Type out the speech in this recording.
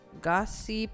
Gossip